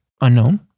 unknown